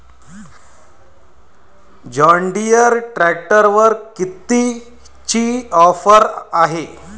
John Deere ट्रॅक्टरवर कितीची offer हाये?